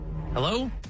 hello